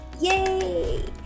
Yay